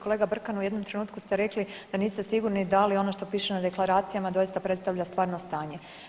Kolega Brkan, u jednom trenutku ste rekli da niste sigurni da li ono što piše na deklaracijama doista predstavlja stvarno stanje.